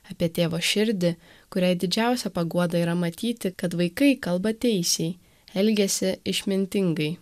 apie tėvo širdį kuriai didžiausia paguoda yra matyti kad vaikai kalba teisei elgiasi išmintingai